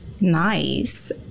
Nice